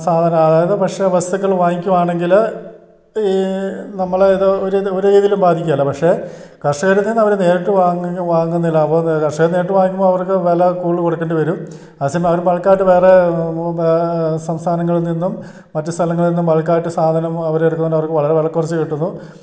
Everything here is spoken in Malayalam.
സാധനം അതായത് ഭക്ഷ്യ വസ്തുക്കൾ വാങ്ങിക്കുകയാണെങ്കിൽ ഈ നമ്മൾ ഇത് ഒരിത് ഒരു രീതിയിലും ബാധിക്കുകയില്ല പക്ഷെ കർഷകരിൽ നിന്നവർ നേരിട്ടു വാങ്ങി വാങ്ങുന്നില്ല അപ്പോൾ ഇത് കർഷകർ നേരിട്ട് വാങ്ങിക്കുമ്പോൾ അവർക്ക് വില കൂടുതൽ കൊടുക്കേണ്ടി വരും ആ സമയം അവർ ബൾക്കായിട്ട് വേറേ സംസ്ഥാനങ്ങളിൽ നിന്നും മറ്റു സ്ഥലങ്ങളിൽ നിന്നും ബൾക്കായിട്ട് സാധനം അവരെടുക്കുന്നതുകൊണ്ട് അവർക്ക് വളരെ വില കുറച്ച് കിട്ടുന്നു